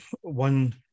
one